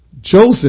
Joseph